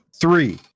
three